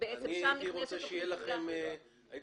בעצם שם נכנסת אוכלוסייה --- הייתי